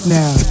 now